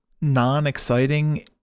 non-exciting